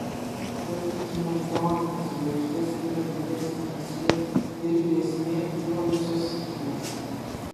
bet už neutronines žvaigždes yra didesnė mįslė ir grėsmė juodosios skylės